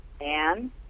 Anne